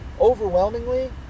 overwhelmingly